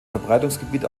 verbreitungsgebiet